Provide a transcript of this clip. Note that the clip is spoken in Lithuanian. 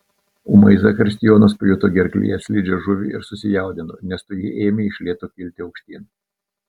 ūmai zakristijonas pajuto gerklėje slidžią žuvį ir susijaudino nes toji ėmė iš lėto kilti aukštyn